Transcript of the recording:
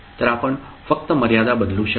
तर आपण फक्त मर्यादा बदलू शकता